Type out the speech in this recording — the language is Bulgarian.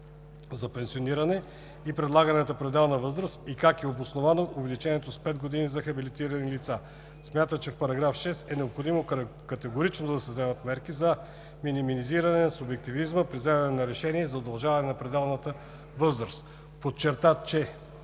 за пенсиониране и предлаганата пределна възраст и как е обосновано увеличението с пет години за хабилитираните лица. Смята, че в § 6 е необходимо категорично да се вземат мерки за минимизиране на субективизма при вземане на решение за удължаване на пределната възраст. Подчерта, че